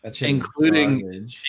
including